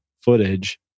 footage